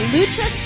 Lucha